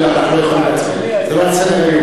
אנחנו לא יכולים להצביע, זה לא על סדר-היום.